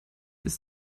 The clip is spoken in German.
ist